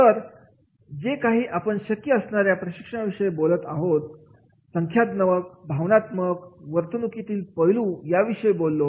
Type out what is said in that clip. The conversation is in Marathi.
तर जे काही आपण शक्य असणाऱ्या प्रशिक्षणा विषयी बोलत आहोतसंज्ञानात्मक भावनिक वर्तणुकीतील पैलू या विषयी बोललो